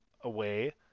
away